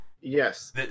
Yes